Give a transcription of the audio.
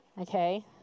Okay